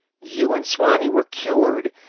you and swanee were cured.